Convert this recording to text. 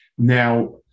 Now